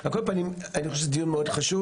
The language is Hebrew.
על כל פנים אני חושב שזה דיון מאוד חשוב